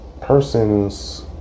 persons